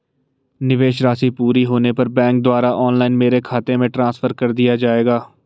निवेश राशि पूरी होने पर बैंक द्वारा ऑनलाइन मेरे खाते में ट्रांसफर कर दिया जाएगा?